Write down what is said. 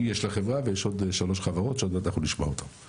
היא יש לה חברה ויש עוד שלושה חברות שעוד מעט אנחנו נשמע אותן.